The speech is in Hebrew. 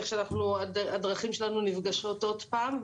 איך שהדרכים שלנו נפגשות עוד פעם,